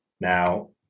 Now